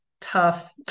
tough